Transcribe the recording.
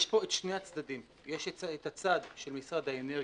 יש פה את שני הצדדים יש את הצד של משרד האנרגיה,